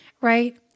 Right